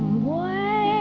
why